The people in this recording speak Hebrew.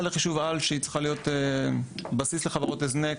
לחישוב-העל שצריכה להיות בסיס לחברות הזנק.